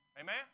Amen